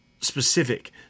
specific